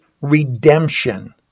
redemption